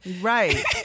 right